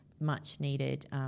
much-needed